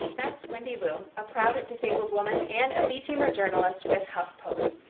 that's wendy lu, a proud disabled woman and a v-teamer journalist with huff post.